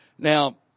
Now